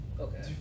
Okay